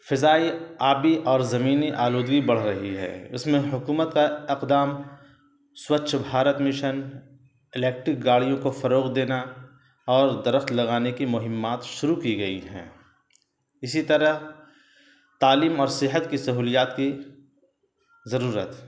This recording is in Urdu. فضائی آبی اور زمینی آلودگی بڑھ رہی ہے اس میں حکومت کا اقدام سوچھ بھارت مشن الیکٹرک گاڑیوں کو فروغ دینا اور درخت لگانے کی مہمات شروع کی گئی ہیں اسی طرح تعلیم اور صحت کی سہولیات کی ضرورت